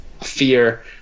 fear